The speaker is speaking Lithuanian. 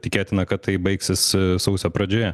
tikėtina kad tai baigsis sausio pradžioje